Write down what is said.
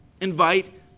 Invite